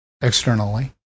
externally